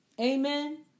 Amen